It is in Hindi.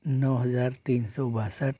नौ हजार तीन सौ बासठ